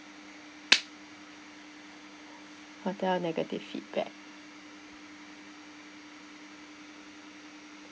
hotel negative feedback